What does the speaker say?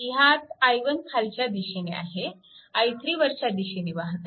ह्यात i1 खालच्या दिशेने आहे i3 वरच्या दिशेने वाहत आहे